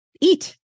eat